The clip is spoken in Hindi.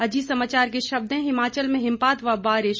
अजीत समाचार के शब्द हैं हिमाचल में हिमपात व बारिश